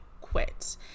quit